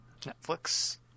Netflix